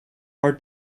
are